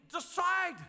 decide